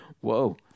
Whoa